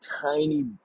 tiny